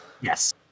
yes